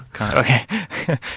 okay